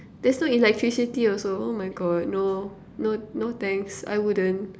there's no electricity also oh my God no no no thanks I wouldn't